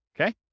Okay